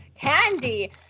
candy